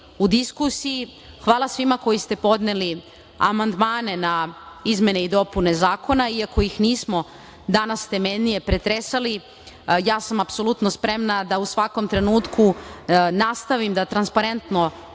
u diskusiji. Hvala svima koji ste podneli amandmane na izmene i dopune zakona, iako ih nismo danas temeljnije pretresali. Ja sam apsolutno spremna da u svakom trenutku nastavim da transparentno